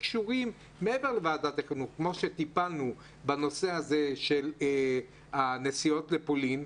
טיפלנו בנסיעות לפולין,